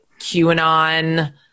QAnon